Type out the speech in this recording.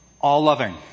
all-loving